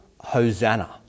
Hosanna